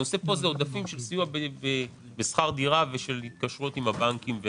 הנושא כאן הוא עודפים של סיוע בשכר דירה ושל התקשרויות עם הבנקים.